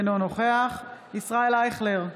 אינו נוכח ישראל אייכלר,